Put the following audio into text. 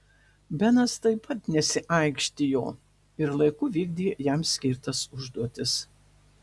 benas taip pat nesiaikštijo ir laiku vykdė jam skirtas užduotis